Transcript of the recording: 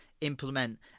implement